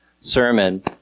sermon